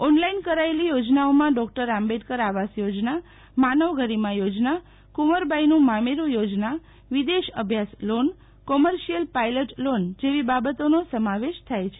online કરાયેલી યોજનાઓમાં doctor Ambedkar આવાસ યોજના માનવ ગરીમા યોજના કુંવરબાઇનું મામેરૂ યોજના વિદેશ અભ્યાસ લોન કોમર્શિયલ પાયલટ લોન જેવી બાબતોનો સમાવેશ થાય છે